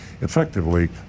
Effectively